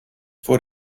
vor